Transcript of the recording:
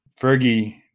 Fergie